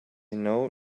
know